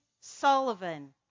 Sullivan